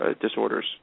disorders